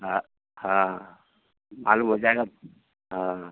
हाँ हाँ मालूम हो जाएगा हाँ